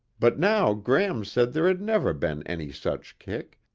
but now gram said there had never been any such kick,